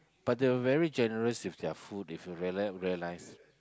but they were very generous with their food if you realize realize